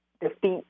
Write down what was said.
defeat